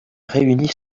réunie